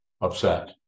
upset